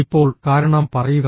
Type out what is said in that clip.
ഇപ്പോൾ കാരണം പറയുക